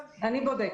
אני בודקת.